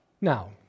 Now